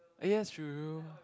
ah yes true